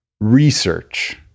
research